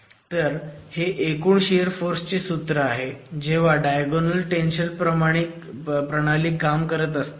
तर हे एकूण शियर फोर्स चे सूत्र आहे जेव्हा डायगोनल टेन्शन प्रणाली काम करत असते